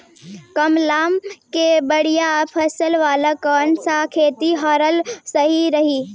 कमलागत मे बढ़िया फसल वाला कौन सा खेती करल सही रही?